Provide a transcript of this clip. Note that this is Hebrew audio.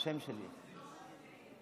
שניים בעד, 31 נגד.